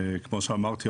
כמו שאמרתי,